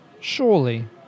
surely